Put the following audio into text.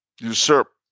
usurp